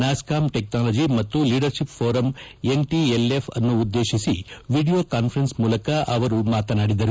NASSCOM technology ಮತ್ತು leadership forum NTLF ಅನ್ನು ಉದ್ದೇಶಿಸಿ ವಿಡಿಯೋ ಕಾನ್ವರೆನ್ಪ್ ಮೂಲಕ ಅವರು ಮಾತನಾಡಿದರು